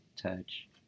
touch